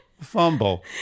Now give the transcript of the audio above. fumble